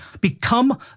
become